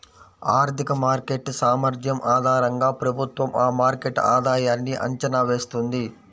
ఆర్థిక మార్కెట్ సామర్థ్యం ఆధారంగా ప్రభుత్వం ఆ మార్కెట్ ఆధాయన్ని అంచనా వేస్తుంది